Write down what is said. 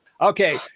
Okay